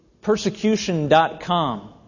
persecution.com